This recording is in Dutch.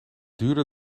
duurder